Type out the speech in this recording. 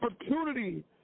opportunity